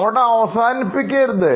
അവിടെ അവസാനിപ്പിക്കരുത്